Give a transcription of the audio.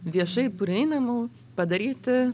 viešai prieinamų padaryti